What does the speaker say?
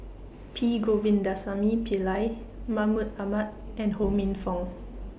P Govindasamy Pillai Mahmud Ahmad and Ho Minfong